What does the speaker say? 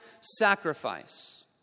sacrifice